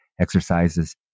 exercises